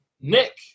Nick